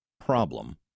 problem